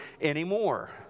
anymore